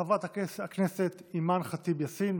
חברת הכנסת אימאן ח'טיב יאסין.